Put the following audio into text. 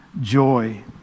joy